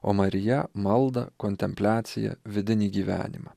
o marija maldą kontempliaciją vidinį gyvenimą